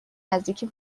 نزدیکی